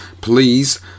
please